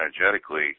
energetically